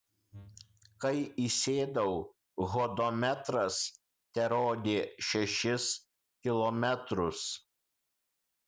kai įsėdau hodometras terodė šešis kilometrus